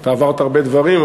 אתה עברת הרבה דברים,